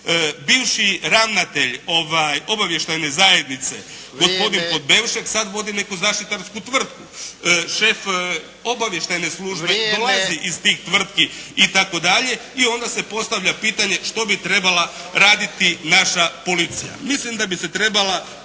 bivši ravnatelj obavještajne zajednice gospodin Podbevšek sad vodi neku zaštitarsku tvrtku. Šef obavještajne službe dolazi iz tih tvrtki itd., i onda se postavlja pitanje što bi trebala raditi naša policija. Mislim da bi se trebala